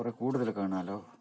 കുറെ കൂടുതല് കാണാമല്ലോ